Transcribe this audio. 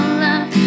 love